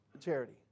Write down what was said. charity